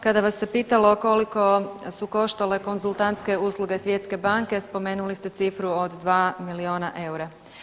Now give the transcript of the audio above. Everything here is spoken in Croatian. Kada vas se pitalo koliko su koštale konzultantske usluge Svjetske banke spomenuli ste cifru od 2 miliona EUR-a.